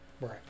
Right